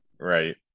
Right